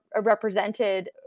represented